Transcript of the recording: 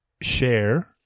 share